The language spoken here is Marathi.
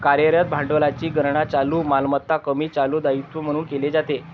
कार्यरत भांडवलाची गणना चालू मालमत्ता कमी चालू दायित्वे म्हणून केली जाते